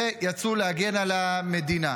ויצאו להגן על המדינה.